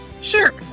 Sure